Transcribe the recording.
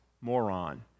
moron